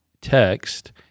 text